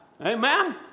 Amen